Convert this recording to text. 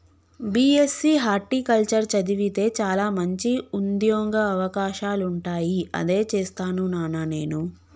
BSc horticulture చదివితే చాల మంచి ఉంద్యోగ అవకాశాలుంటాయి అదే చేస్తాను నానా నేను